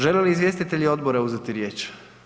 Žele li izvjestitelji odbora uzeti riječ?